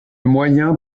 moyen